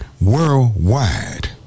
worldwide